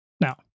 now